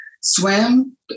swim